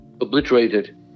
obliterated